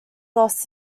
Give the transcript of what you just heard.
lost